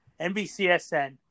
NBCSN